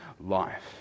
life